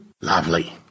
Lovely